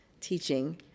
teaching